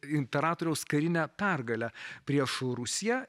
imperatoriaus karinę pergalę prieš rusiją